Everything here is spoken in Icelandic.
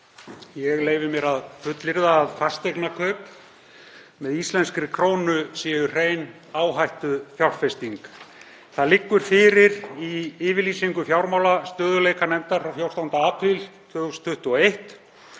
Ég leyfi mér að fullyrða að fasteignakaup með íslenskri krónu séu hrein áhættufjárfesting. Það liggur fyrir í yfirlýsingu fjármálastöðugleikanefndar frá 14. apríl 2021